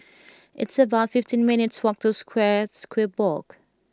it's about fifty minutes' walk to Square Square Block